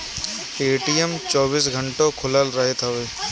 ATM चौबीसो घंटा खुलल रहत हवे